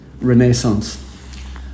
renaissance